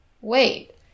wait